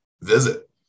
visit